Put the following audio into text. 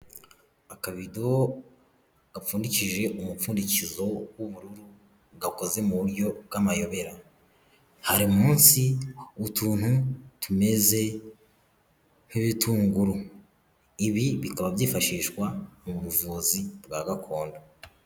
Akabido gapfundikije umupfundikizo w'ubururu, gakoze mu buryo bw'amayobera, hari munsi utuntu tumeze nk'ibitunguru, ibi bikaba byifashishwa mu buvuzi bwa gakondo.